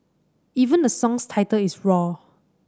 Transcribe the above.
even the song's title is roar